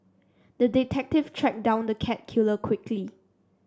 the detective tracked down the cat killer quickly